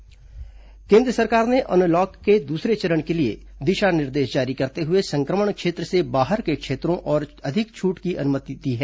unlock दूसरा चरण केंद्र सरकार ने अनलॉक के दूसरे चरण के लिए दिशा निर्देश जारी करते हुए संक्रमण क्षेत्र से बाहर के क्षेत्रों में और अधिक छूट की अनुमति दी है